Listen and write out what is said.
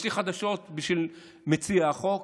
יש לי חדשות בשביל מציע החוק: